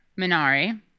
Minari